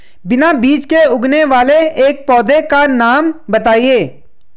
बिना बीज के उगने वाले एक पौधे का नाम बताइए